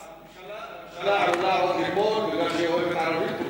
הממשלה עלולה עוד ליפול בגלל שהיא אוהבת ערבים,